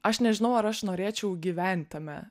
aš nežinau ar aš norėčiau gyvent tame